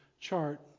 chart